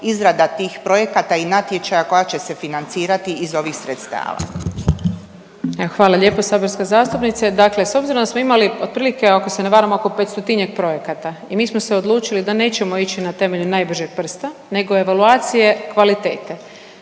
izrada tih projekata i natječaja koja će se financirati iz ovih sredstava. **Brnjac, Nikolina (HDZ)** Evo hvala lijepo saborska zastupnice. Dakle, s obzirom da smo imali otprilike ako se ne varam oko 500-tinjak projekata i mi smo se odlučili da nećemo ići na temelju najbržeg prsta nego evaluacije kvalitete.